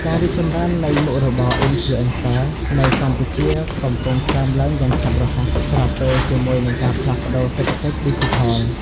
ការរីកចម្រើននៃមុខរបរ Influencer នៅកម្ពុជាកំពុងកើតឡើងយ៉ាងឆាប់រហ័ស ស្របពេលជាមួយនឹងការផ្លាស់ប្ដូរសេដ្ឋកិច្ចឌីជីថល។